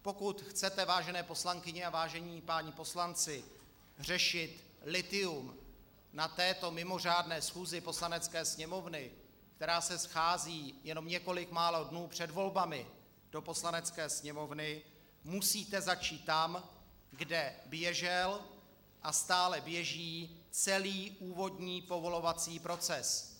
Pokud chcete, vážené poslankyně, vážení páni poslanci, řešit lithium na této mimořádné schůzi Poslanecké sněmovny, která se schází jenom několik málo dnů před volbami do Poslanecké sněmovny, musíte začít tam, kde běžel a stále běží celý úvodní povolovací proces.